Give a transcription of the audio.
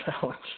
challenge